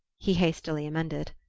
he hastily emended.